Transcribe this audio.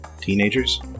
Teenagers